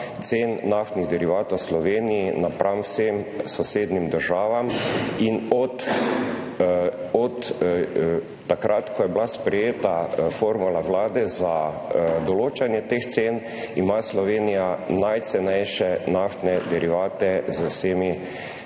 cen naftnih derivatov v Sloveniji napram vsem sosednjim državam . In od takrat, ko je bila sprejeta formula vlade za določanje teh cen, ima Slovenija najcenejše naftne derivate z vsemi